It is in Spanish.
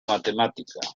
matemática